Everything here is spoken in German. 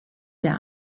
der